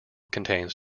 contains